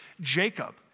Jacob